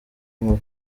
nkora